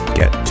get